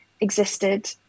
existed